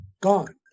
gone